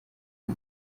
ihn